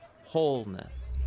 wholeness